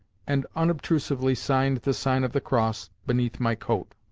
and unobtrusively signed the sign of the cross beneath my coat.